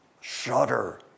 Shudder